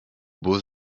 beaux